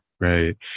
Right